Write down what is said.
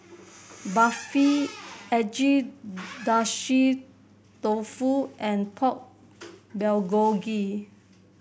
Barfi Agedashi Dofu and Pork Bulgogi